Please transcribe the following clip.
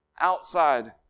outside